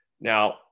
Now